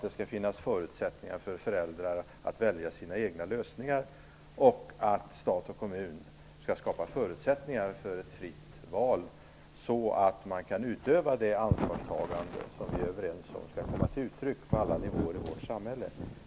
Det skall finnas förutsättningar för föräldrar att välja sina egna lösningar. Stat och kommun skall skapa förutsättningar för ett fritt val, så att man kan utöva det ansvarstagande som vi är överens om skall komma till uttryck på alla nivåer i vårt samhälle.